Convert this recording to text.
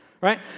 right